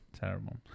Terrible